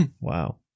wow